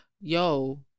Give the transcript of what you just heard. Yo